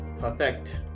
Perfect